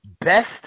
Best